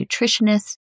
nutritionists